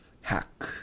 hack